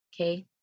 okay